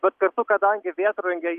bet kartu kadangi vėtrungė